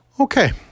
Okay